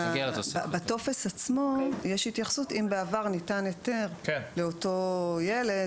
בטופס עצמו יש התייחסות האם בעבר ניתן היתר לאותו ילד,